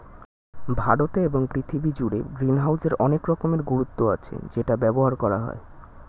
ভারতে এবং পৃথিবী জুড়ে গ্রিনহাউসের অনেক রকমের গুরুত্ব আছে যেটা ব্যবহার করা হয়